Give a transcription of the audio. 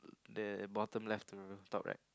the bottom left to top right